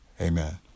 Amen